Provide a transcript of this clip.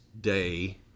day